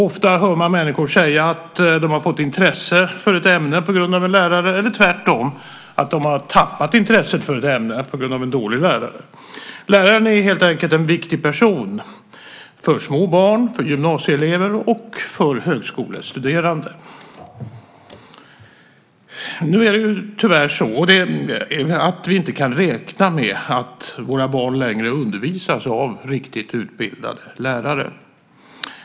Ofta hör man människor säga att de har fått intresse för ett ämne tack vare en lärare eller tvärtom, att de har tappat intresset för ett ämne på grund av en dålig lärare. Läraren är helt enkelt en viktig person för små barn, för gymnasieelever och för högskolestuderande. Nu kan vi tyvärr inte längre räkna med att våra barn undervisas av riktigt utbildade lärare.